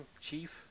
Chief